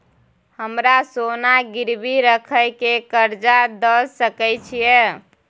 हमरा सोना गिरवी रखय के कर्ज दै सकै छिए?